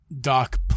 Doc